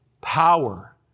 power